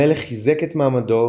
המלך חיזק את מעמדו